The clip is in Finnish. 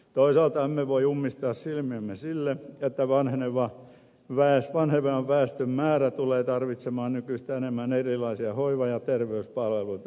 toisaalta emme voi ummistaa silmiämme sille että vanhenevan väestön määrä tulee tarvitsemaan nykyistä enemmän erilaisia hoiva ja terveyspalveluita